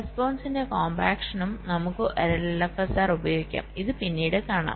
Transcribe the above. റെസ്പോൺസിന്റെ കോംപാക്ഷനും നമുക്ക് ഒരു LFSR ഉപയോഗിക്കാം ഇത് പിന്നീട് കാണാം